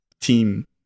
team